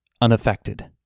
unaffected